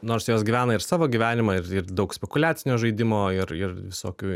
nors jos gyvena ir savo gyvenimą ir ir daug spekuliacinio žaidimo ir ir visokių